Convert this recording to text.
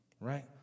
Right